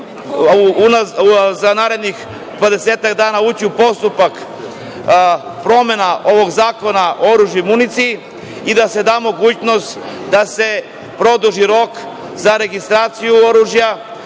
za narednih dvadesetak dana ući u postupak promena ovog Zakona o oružju i municiji i da se da mogućnost da se produži rok za registraciju oružja,